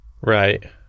right